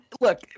look